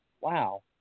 Wow